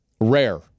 rare